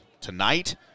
Tonight